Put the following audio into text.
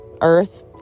earth